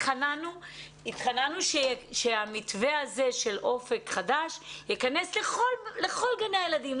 התחננו שהמתווה הזה של אופק חדש יכנס לכל גני הילדים,